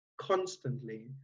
Constantly